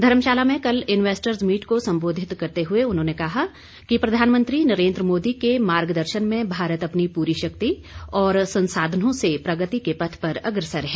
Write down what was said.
धर्मशाला में कल investors meet को संबोधित करते हुए उन्होंने कहा कि प्रधानमंत्री नरेंद्र मोदी के मार्गदर्शन में भारत अपनी पूरी शक्ति और संसाधनों से प्रगति के पथ पर अग्रसर है